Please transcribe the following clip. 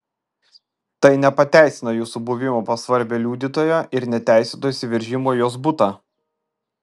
tai nepateisina jūsų buvimo pas svarbią liudytoją ir neteisėto įsiveržimo į jos butą